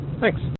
Thanks